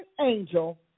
angel